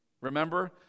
Remember